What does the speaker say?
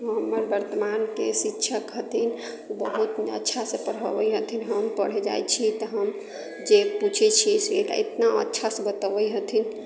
हमर वर्तमानके शिक्षक हथिन अच्छासे पढ़ाबैत हथिन हम पढ़ै जाइत छियै तऽ हम जे पुछैत छियै से तऽ एतना अच्छासँ बताबैत हथिन